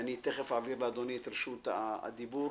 תכף אעביר לאדוני את רשות הדיבור.